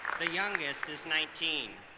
the youngest is nineteen.